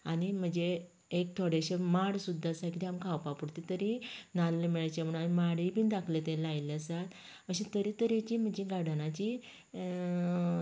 आनी म्हजे एक थोडेशें माड सुद्दां आसा कितें आमकां खावपा पुरतें तरी नाल्ल मेळचें म्हण माडीय बी धाकले ते लायिल्ले आसात अशें तरे तरेची म्हजी गार्डनाची